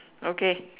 okay